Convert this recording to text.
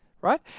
Right